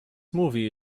movie